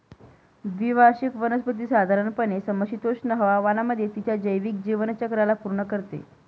द्विवार्षिक वनस्पती साधारणपणे समशीतोष्ण हवामानामध्ये तिच्या जैविक जीवनचक्राला पूर्ण करते